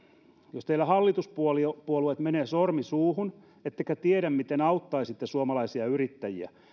jos teillä hallituspuolueet menee sormi suuhun ettekä tiedä miten auttaisitte suomalaisia yrittäjiä